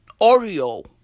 Oreo